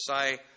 say